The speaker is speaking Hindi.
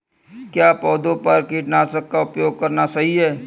क्या पौधों पर कीटनाशक का उपयोग करना सही है?